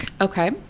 Okay